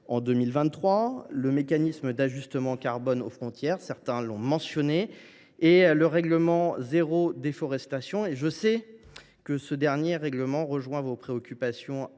en 2023 : le mécanisme d’ajustement carbone aux frontières (MACF) – certains l’ont mentionné – et le règlement « zéro déforestation ». Je sais que ce dernier rejoint vos préoccupations